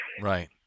right